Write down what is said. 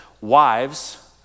Wives